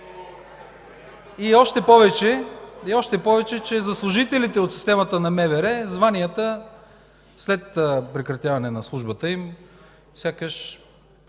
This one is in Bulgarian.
Още повече, че за служителите от системата на МВР званията след прекратяване на службата им сякаш